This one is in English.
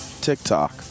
TikTok